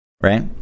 Right